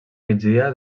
migdia